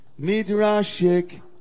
Midrashic